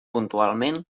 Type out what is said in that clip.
puntualment